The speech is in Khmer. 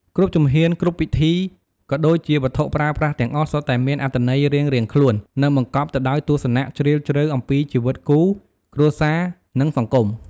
គ្រប់ជំហាន គ្រប់ពិធី ក៏ដូចជាវត្ថុប្រើប្រាស់ទាំងអស់សុទ្ធតែមានអត្ថន័យរៀងៗខ្លួន និងបង្កប់ទៅដោយទស្សនៈជ្រាលជ្រៅអំពីជីវិតគូ គ្រួសារ និងសង្គម។